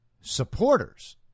supporters